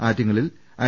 ആറ്റിങ്ങലിൽ ഐ